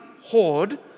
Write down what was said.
horde